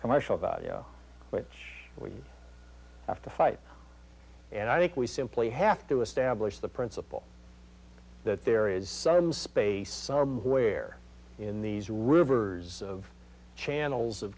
commercial which we have to fight and i think we simply have to establish the principle that there is some space somewhere in these rivers of channels of